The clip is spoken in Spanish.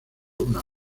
una